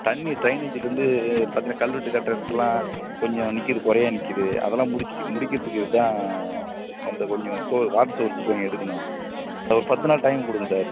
தண்ணி ட்ரைனேஜிலிருந்து பார்த்தீங்கன்னா கல்வெட்டு கட்டுற இடத்துலலாம் கொஞ்சம் நிற்கிது குறையா நிற்கிது அதெலாம் முடிச்சுட்டு முடிக்கிறத்துக்குதான் அந்த கொஞ்சம் சோ வாட்டர் சோர்ஸ் கொஞ்சம் எடுக்கணும் அது ஒரு பத்து நாள் டைம் கொடுங்க சார்